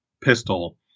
pistol